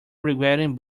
regretted